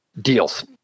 deals